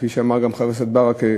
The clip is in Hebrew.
כפי שאמר גם חבר הכנסת ברכה,